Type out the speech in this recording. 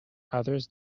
others